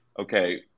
okay